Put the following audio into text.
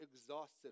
exhausted